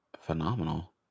phenomenal